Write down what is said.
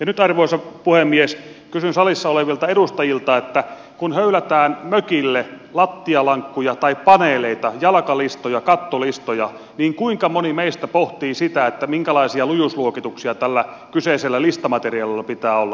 nyt arvoisa puhemies kysyn salissa olevilta edustajilta että kun höylätään mökille lattialankkuja tai paneeleita jalkalistoja kattolistoja niin kuinka moni meistä pohtii sitä minkälaisia lujuusluokituksia tällä kyseisellä listamateriaalilla pitää olla